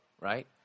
right